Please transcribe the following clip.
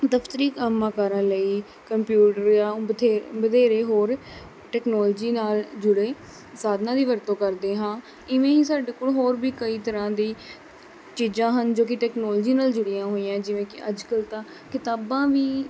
ਦਫਤਰੀ ਕੰਮਾਂ ਕਾਰਾਂ ਲਈ ਕੰਪਿਊਟਰ ਜਾਂ ਬਥੇ ਵਧੇਰੇ ਹੋਰ ਟੈਕਨੋਲੋਜੀ ਨਾਲ ਜੁੜੇ ਸਾਧਨਾਂ ਦੀ ਵਰਤੋਂ ਕਰਦੇ ਹਾਂ ਇਵੇਂ ਹੀ ਸਾਡੇ ਕੋਲ ਹੋਰ ਵੀ ਕਈ ਤਰ੍ਹਾਂ ਦੀ ਚੀਜ਼ਾਂ ਹਨ ਜੋ ਕਿ ਟੈਕਨੋਲੋਜੀ ਨਾਲ ਜੁੜੀਆਂ ਹੋਈਆਂ ਜਿਵੇਂ ਕਿ ਅੱਜ ਕੱਲ੍ਹ ਤਾਂ ਕਿਤਾਬਾਂ ਵੀ